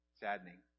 saddening